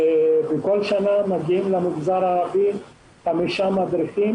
בכל שנה מגיעים למגזר הערבי חמישה מדריכים